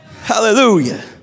Hallelujah